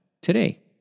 today